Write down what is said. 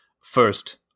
First